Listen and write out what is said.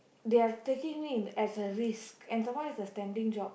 they are taking me as a risk and some more is a standing job